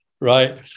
right